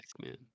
man